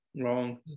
wrong